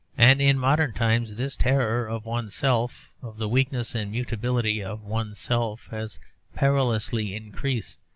and in modern times this terror of one's self, of the weakness and mutability of one's self, has perilously increased,